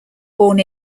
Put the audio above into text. born